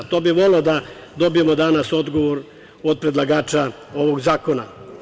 To bi voleo da dobijemo danas odgovor od predlagača ovog zakona.